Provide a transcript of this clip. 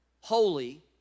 holy